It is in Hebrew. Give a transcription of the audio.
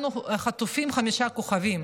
אנחנו חטופים חמישה כוכבים.